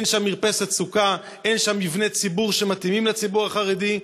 כי אין שם מרפסת סוכה ואין שם מבני ציבור שמתאימים לציבור החרדי,